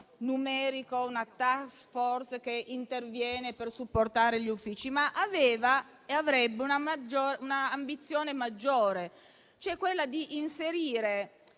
quello di una *task* *force* che interviene per supportare gli uffici, ma ha e avrebbe un'ambizione maggiore, cioè quella di inserire